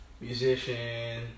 musician